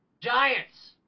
Giants